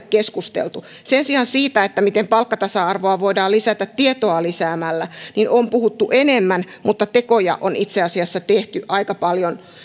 keskusteltu sen sijaan siitä miten palkkatasa arvoa voidaan lisätä tietoa lisäämällä on puhuttu enemmän mutta tekoja on itse asiassa tehty aika paljon